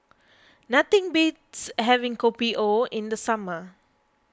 nothing beats having Kopi O in the summer